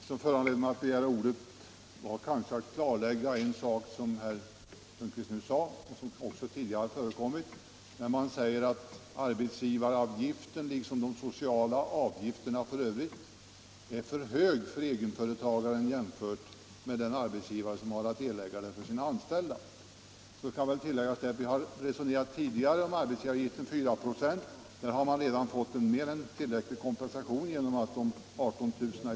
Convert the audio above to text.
Herr talman! Det som föranledde mig att begära ordet var behovet att klarlägga något som herr Sundkvist sade och som också förekommit tidigare i debatten. Man säger att arbetsgivaravgifterna liksom även de sociala avgifterna i övrigt är för höga för en egenföretagare jämfört med dem en arbetsgivare har att erlägga för sina anställda. Då kan det sägas att vi tidigare har resonerat om arbetsgivaravgiften på 4 96 och att det där redan har blivit en mer än tillräcklig kompensation genom de 18 000 kr.